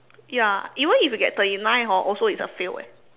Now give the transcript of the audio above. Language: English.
ya even if you get thirty nine hor also it's a fail eh